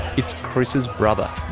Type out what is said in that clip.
it's chris's brother,